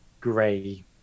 gray